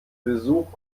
besuch